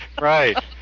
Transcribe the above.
Right